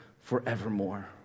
forevermore